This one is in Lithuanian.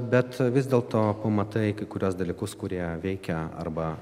bet vis dėl to pamatai kai kuriuos dalykus kurie veikia arba